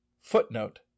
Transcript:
Footnote